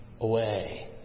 Away